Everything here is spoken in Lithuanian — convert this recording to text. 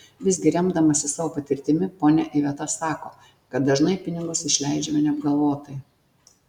visgi remdamasi savo patirtimi ponia iveta sako kad dažnai pinigus išleidžiame neapgalvotai